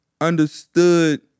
Understood